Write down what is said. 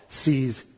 sees